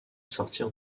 sortir